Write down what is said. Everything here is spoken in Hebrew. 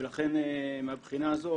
ולכן מהבחינה הזו